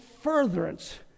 furtherance